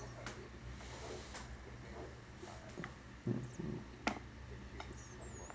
mmhmm